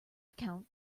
account